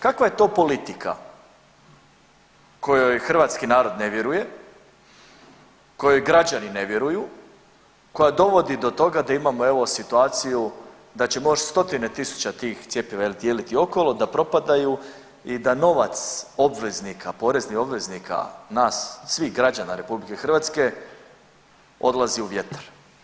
Kakva je to politika kojoj hrvatski narod ne vjeruje, kojoj građani ne vjeruju, koja dovodi do toga da imamo evo situaciju da ćemo još stotine tisuća tih cjepiva dijeliti okolo da propadaju i da novac obveznika, poreznih obveznika, nas svih građana Republike Hrvatske odlazi u vjetar.